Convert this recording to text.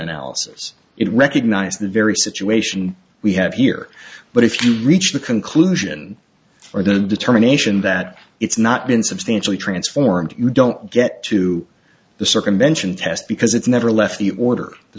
analysis it recognized the very situation we have here but if you reach the conclusion or the determination that it's not been substantially transformed you don't get to the circumvention test because it's never left the order t